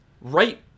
right